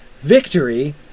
victory